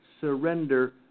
surrender